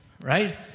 right